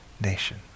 nation